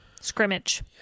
Scrimmage